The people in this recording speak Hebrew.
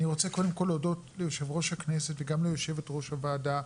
אני רוצה קודם כל להודות ליו"ר הכנסת וגם ליו"ר הוועדה.